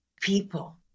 people